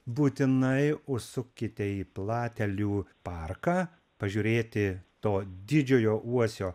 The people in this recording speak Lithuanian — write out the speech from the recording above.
būtinai užsukite į platelių parką pažiūrėti to didžiojo uosio